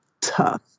Tough